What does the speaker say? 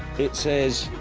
it says